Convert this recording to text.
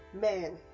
Man